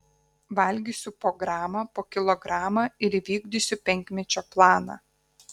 valgysiu po gramą po kilogramą ir įvykdysiu penkmečio planą